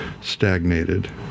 stagnated